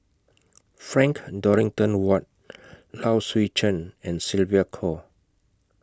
Frank Dorrington Ward Low Swee Chen and Sylvia Kho